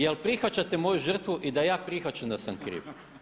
Jel prihvaćate moju žrtvu i da ja prihvaćam da sam ja kriv?